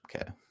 Okay